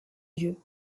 dieu